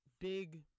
big